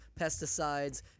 pesticides